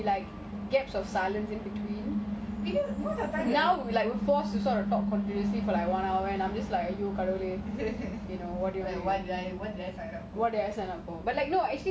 the thing is the thing is I feel like whenever we have conversations we like gaps of silence now we they force to talk for like continuous an hour and I'm just like